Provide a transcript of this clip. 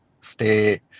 stay